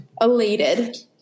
elated